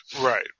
Right